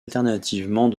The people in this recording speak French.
alternativement